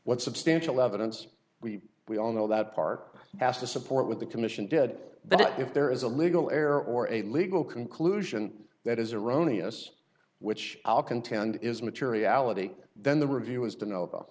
what substantial evidence we we all know that part asked to support what the commission did that if there is a legal error or a legal conclusion that is erroneous which i'll contend is materiality then the review is to know